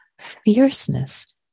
fierceness